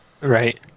right